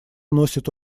носит